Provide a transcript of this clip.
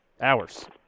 hours